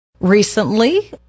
Recently